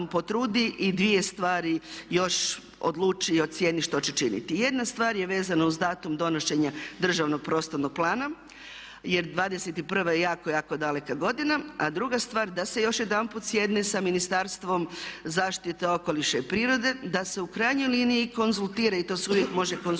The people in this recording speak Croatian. i dvije stvari još odluči i ocijeni što će činiti. Jedna stvar je vezana uz datum donošenja državnog prostornog plana jer 21 je jako, jako daleka godina a druga stvar da se još jedanput sjedne sa Ministarstvom zaštite okoliša i prirode da se u krajnjoj liniji konzultira i to se uvijek može konzultirati